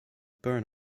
byrne